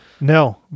No